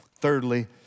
Thirdly